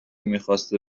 میخواسته